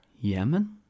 Yemen